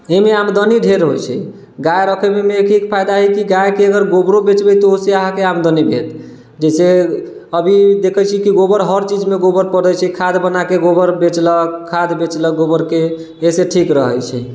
एहिमे आमदनी ढेर होइत छै गाय रखएमे एक फायदा है कि गायके अगर गोबरो बेचबइ तऽ ओहिसँ अहाँके आमदनी भेल जैसे अभी देखैत छी की गोबर हर चीजमे गोबर पड़ैत छै खाद्य बनाके गोबर बेचलक खाद्य बेचलक गोबरके इहे से ठीक रहैत छै